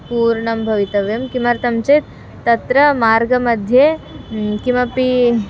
पूर्णं भवितव्यं किमर्थं चेत् तत्र मार्गमध्ये किमपि